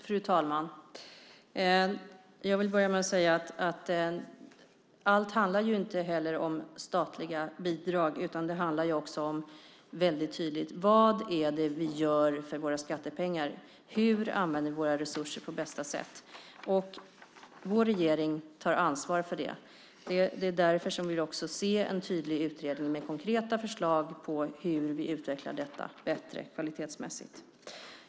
Fru talman! Jag vill börja med att säga att allt inte heller handlar om statliga bidrag, utan det handlar ju också väldigt tydligt om vad det är vi gör för våra skattepengar och hur vi använder våra resurser på bästa sätt. Vår regering tar ansvar för det. Det är därför som vi också vill se en tydlig utredning med konkreta förslag på hur vi kvalitetsmässigt utvecklar detta bättre.